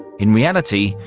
in reality,